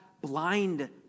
blind